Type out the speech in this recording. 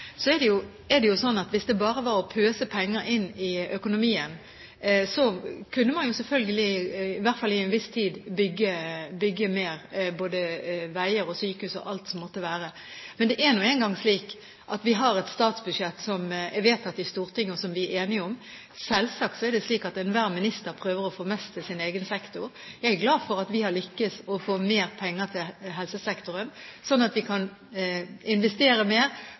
Så er det jo sånn av hvis det bare var å pøse penger inn i økonomien, kunne man selvfølgelig, i hvert fall i en viss tid, bygge mer, både veier og sykehus og alt som måtte være. Men det er nå engang slik at vi har et statsbudsjett som er vedtatt i Stortinget, og som vi er enige om. Selvsagt er det slik at enhver minister prøver å få mest til sin egen sektor. Jeg er glad for at vi har lyktes med å få mer penger til helsesektoren, sånn at vi kan investere mer